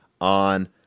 on